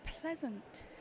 pleasant